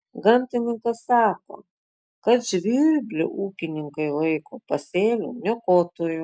gamtininkas sako kad žvirblį ūkininkai laiko pasėlių niokotoju